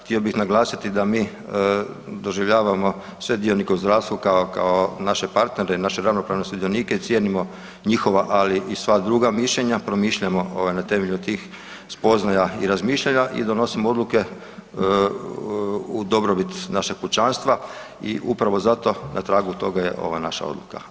Htio bi naglasiti da mi doživljavamo sve dionike u zdravstvu kao naše partnere i naše ravnopravne sudionike i cijenimo njihova ali i sva druga mišljenja, promišljamo na temelju tih spoznaja i razmišljanja i donosimo odluke u dobrobit našeg kućanstva i upravo zato na tragu je ova naša odluka.